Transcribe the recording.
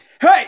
Hey